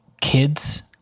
kids